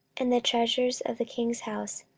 and the treasures of the king's house,